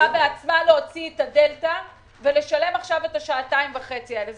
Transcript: צריכה בעצמה להוציא את הדלתה ולשלם עכשיו את השעתיים וחצי האלה.